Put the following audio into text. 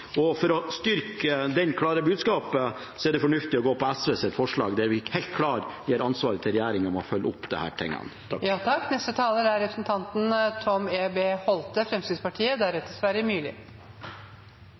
For å styrke det klare budskapet er det fornuftig å gå for SVs forslag, der vi helt klart gir ansvaret til regjeringen for å følge opp